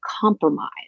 compromise